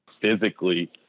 physically